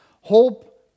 Hope